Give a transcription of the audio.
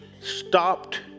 stopped